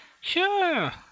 Sure